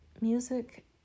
music